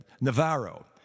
Navarro